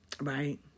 right